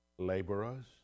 laborers